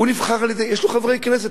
יש לו חברי כנסת.